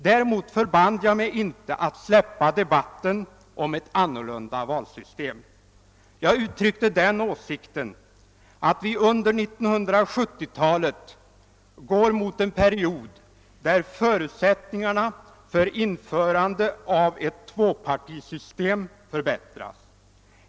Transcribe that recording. Däremot förband jag mig inte att släppa debatten om ett annorlunda valsystem. Jag uttryckte den åsikten att vi under 1970-talet går mot en period då förutsättningarna för införande av ett tvåpartisystem förbättras.